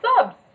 subs